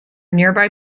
nearby